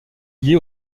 liée